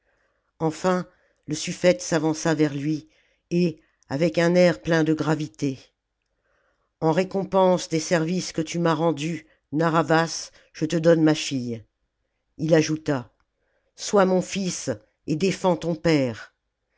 enfin le suffète s'avança vers lui et avec un air plein de gravité en récompense des services que tu m'as rendus narr'havas je te donne ma fille il ajouta sois mon fils et défends ton père